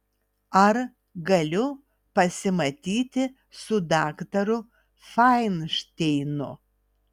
ar galiu pasimatyti su daktaru fainšteinu